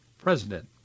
president